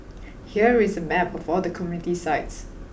here is a map of all the community sites